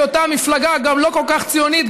בהיותה מפלגה לא כל כך ציונית,